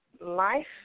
life